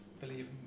believe